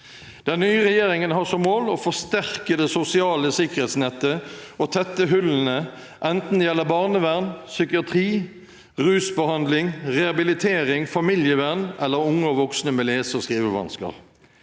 Den nye regjeringen har som mål å forsterke det sosiale sikkerhetsnettet og tette hullene enten det gjelder barnevern, psykiatri, rusbehandling, rehabilitering, familievern eller unge og voksne med lese- og skrivevansker.